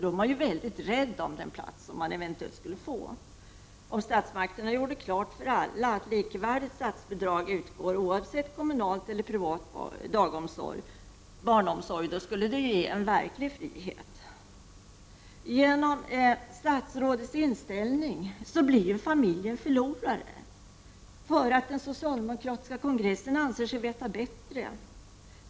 Då är man mycket rädd om den plats som man eventuellt får. Det skulle innebära verklig frihet, om statsmakterna gjorde klart för alla att likvärdigt statsbidrag utgår oavsett kommunal eller privat barnomsorg. Med statsrådets inställning blir familjen förlorare — bara därför att den socialdemokratiska kongressen anser sig veta bättre.